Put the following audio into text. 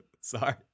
Sorry